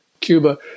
Cuba